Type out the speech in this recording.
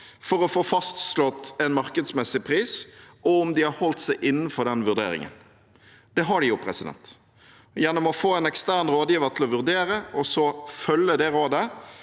for å få fastslått en markedsmessig pris, og om de har holdt seg innenfor den vurderingen. Det har de jo. Gjennom å få en ekstern rådgiver til å vurdere det, og så følge det rådet